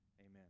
Amen